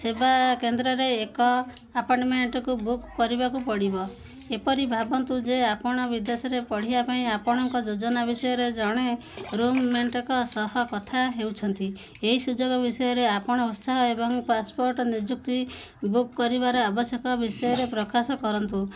ସେବା କେନ୍ଦ୍ରରେ ଏକ ଆପାର୍ଟମେଣ୍ଟକୁ ବୁକ୍ କରିବାକୁ ପଡ଼ିବ ଏପରି ଭାବନ୍ତୁ ଯେ ଆପଣ ବିଦେଶରେ ପଢ଼ିବା ପାଇଁ ଆପଣଙ୍କ ଯୋଜନା ବିଷୟରେ ଜଣେ ରୁମ୍ମେଣ୍ଟଙ୍କ ସହ କଥା ହେଉଛନ୍ତି ଏହି ସୁଯୋଗ ବିଷୟରେ ଆପଣ ଉତ୍ସାହ ଏବଂ ପାସ୍ପୋର୍ଟ ନିଯୁକ୍ତି ବୁକ୍ କରିବାର ଆବଶ୍ୟକ ବିଷୟରେ ପ୍ରକାଶ କରନ୍ତୁ